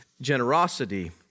generosity